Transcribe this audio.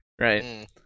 Right